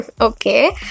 Okay